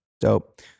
Dope